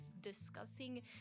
discussing